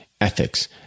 ethics